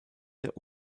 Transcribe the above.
der